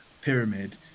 pyramid